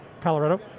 Colorado